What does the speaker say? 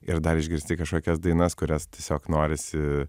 ir dar išgirsti kažkokias dainas kurias tiesiog norisi